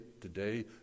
today